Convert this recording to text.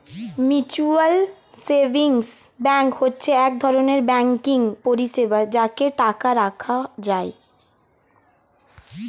mutual savings bank হচ্ছে এক ধরনের ব্যাঙ্কিং পরিষেবা যাতে টাকা রাখা যায়